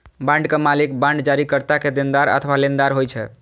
बांडक मालिक बांड जारीकर्ता के देनदार अथवा लेनदार होइ छै